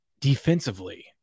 defensively